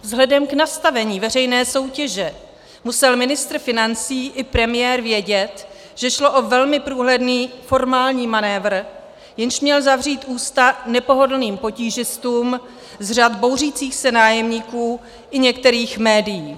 Vzhledem k nastavení veřejné soutěže musel ministr financí i premiér vědět, že šlo o velmi průhledný formální manévr, jenž měl zavřít ústa nepohodlným potížistům z řad bouřících se nájemníků i některých médií.